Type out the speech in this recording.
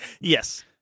Yes